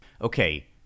okay